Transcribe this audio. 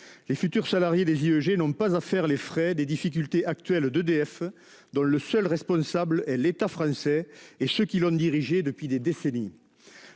Les futurs salariés des IEG n'ont pas à faire les frais des difficultés actuelles d'EDF, dont le seul responsable est l'État français, en particulier ceux qui l'ont dirigé depuis des décennies.